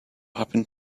happened